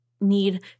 need